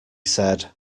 said